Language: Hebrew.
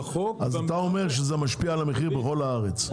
אז אתה אומר שזה משפיע על המחיר בכל הארץ.